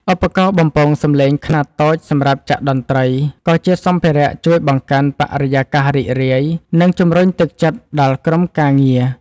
ឧបករណ៍បំពងសំឡេងខ្នាតតូចសម្រាប់ចាក់តន្ត្រី ក៏ជាសម្ភារៈជួយបង្កើនបរិយាកាសរីករាយ និងជំរុញទឹកចិត្តដល់ក្រុមការងារ។